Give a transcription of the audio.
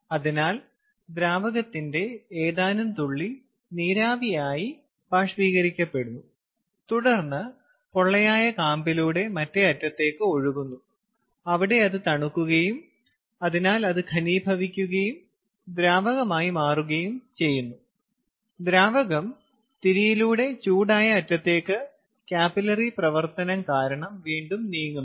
അതിനാൽ ദ്രാവകത്തിന്റെ ഏതാനും തുള്ളി നീരാവിയായി ബാഷ്പീകരിക്കപ്പെടുന്നു തുടർന്ന് പൊള്ളയായ കാമ്പിലൂടെ മറ്റേ അറ്റത്തേക്ക് ഒഴുകുന്നു അവിടെ അത് തണുക്കുകയും അതിനാൽ അത് ഘനീഭവിക്കുകയും ദ്രാവകമായി മാറുകയും ചെയ്യുന്നു ദ്രാവകം തിരിയിലൂടെ ചൂടായ അറ്റത്തേക്ക് കാപ്പിലറി പ്രവർത്തനം കാരണം വീണ്ടും നീങ്ങുന്നു